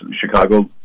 Chicago